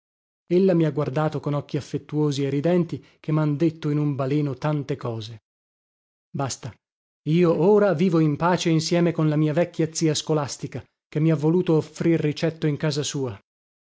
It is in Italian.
mi ha guardato con occhi affettuosi e ridenti che mhan detto in un baleno tante cose basta io ora vivo in pace insieme con la mia vecchia zia scolastica che mi ha voluto offrir ricetto in casa sua